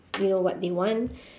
you know what they want